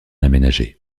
aménagé